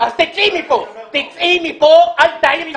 אני רוצה להגיד משפט אחד נוסף, גם לך,